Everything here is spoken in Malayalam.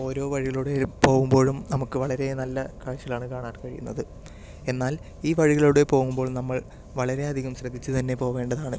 ഓരോ വഴികളിലൂടെയും പോകുമ്പോഴും നമുക്ക് വളരെ നല്ല കാഴ്ചകളാണ് കാണാൻ കഴിയുന്നത് എന്നാൽ ഈ വഴികളിലൂടെ പോകുമ്പോൾ നമ്മൾ വളരെയധികം ശ്രദ്ധിച്ച് തന്നെ പോകേണ്ടതാണ്